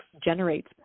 generates